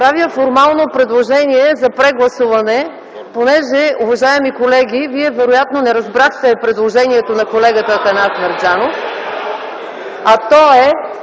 Правя формално предложение за прегласуване. Уважаеми колеги, вероятно не разбрахте предложението на колегата Атанас Мерджанов (шум и